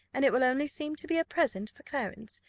and it will only seem to be a present for clarence.